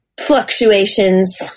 fluctuations